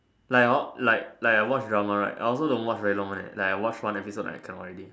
like hor like like I watch drama right I also don't watch very long one leh like I watch one episode I cannot already